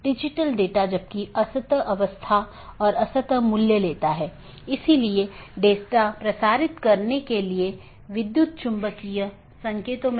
अगर हम BGP घटकों को देखते हैं तो हम देखते हैं कि क्या यह ऑटॉनमस सिस्टम AS1 AS2 इत्यादि हैं